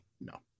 no